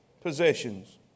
possessions